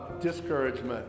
discouragement